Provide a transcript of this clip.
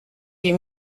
huit